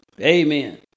amen